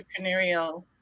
entrepreneurial